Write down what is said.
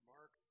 Mark